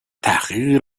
تحقیقی